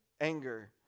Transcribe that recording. anger